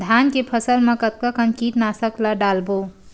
धान के फसल मा कतका कन कीटनाशक ला डलबो?